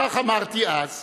כך אמרתי אז,